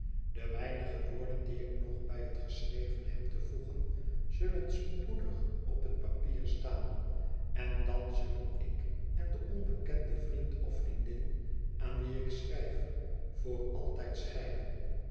de weinige woorden die ik nog bij het geschrevene heb te voegen zullen spoedig op het papier staan en dan zullen ik en de onbekende vriend of vriendin aan wie ik schrijf voor altijd scheiden